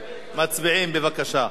מצביעים, בבקשה.